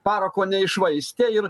parako neiššvaistė ir